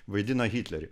vaidina hitlerį